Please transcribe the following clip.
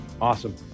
Awesome